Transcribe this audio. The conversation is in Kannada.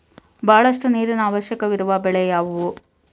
ಬಹಳಷ್ಟು ನೀರಿನ ಅವಶ್ಯಕವಿರುವ ಬೆಳೆ ಯಾವುವು?